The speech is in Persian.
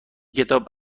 کتاب